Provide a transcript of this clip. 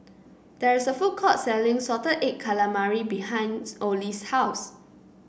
there is a food court selling Salted Egg Calamari behinds Ollie's house